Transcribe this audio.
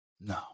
no